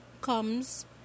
comes